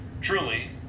truly